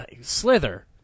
slither